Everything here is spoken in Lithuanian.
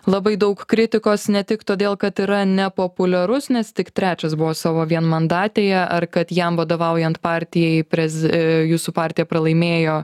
labai daug kritikos ne tik todėl kad yra nepopuliarus nes tik trečias buvo savo vienmandatėje ar kad jam vadovaujant partijai prez jūsų partija pralaimėjo